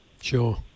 Sure